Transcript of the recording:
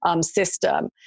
system